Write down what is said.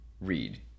read